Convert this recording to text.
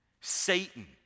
Satan